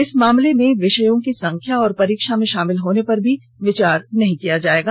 इस मामले में विषयों की संख्या और परीक्षा में शामिल होने पर भी विचार नहीं किया जायेगा